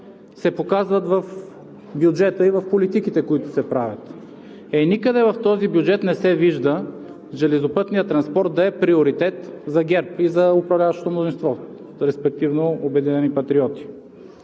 се показват в бюджета и в политиките, които се правят. Никъде в този бюджет не се вижда железопътният транспорт да е приоритет за ГЕРБ и за управляващото мнозинство, респективно „Обединени патриоти“.